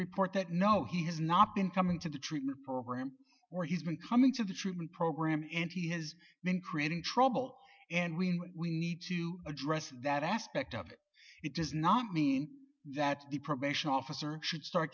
report that no he has not been coming to the treatment program or he's been coming to the treatment program and he has been creating trouble and when we need to address that aspect of it it does not mean that the probation officer should start